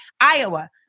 Iowa